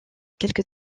quelque